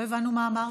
לא הבנו מה אמרת.